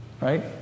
right